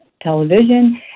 television